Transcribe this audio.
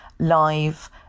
live